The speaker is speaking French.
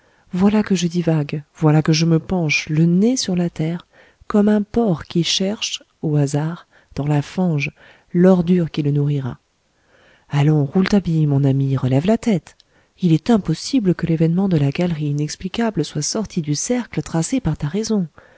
voilà que je divague voilà que je me penche le nez sur la terre comme un porc qui cherche au hasard dans la fange l'ordure qui le nourrira allons rouletabille mon ami relève la tête il est impossible que l'événement de la galerie inexplicable soit sorti du cercle tracé par ta raison